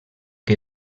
què